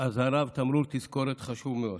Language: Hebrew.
אזהרה ותמרור תזכורת חשוב מאוד.